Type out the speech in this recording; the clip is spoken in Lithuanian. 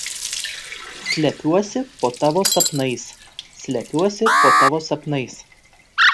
slepiuosi po tavo sapnais slepiuosi po tavo sapnais